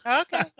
Okay